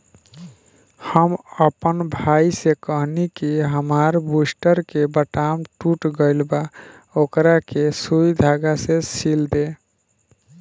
हम आपन माई से कहनी कि हामार बूस्टर के बटाम टूट गइल बा ओकरा के सुई धागा से सिल दे